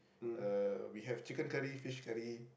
uh we have chicken curry fish curry